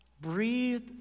breathed